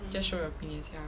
just show your opinions ya